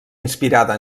inspirada